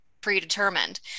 predetermined